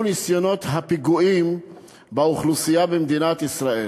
ניסיונות הפיגועים באוכלוסייה במדינת ישראל.